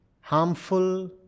harmful